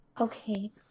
Okay